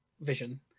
vision